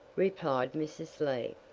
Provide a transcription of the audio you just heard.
replied mrs. lee.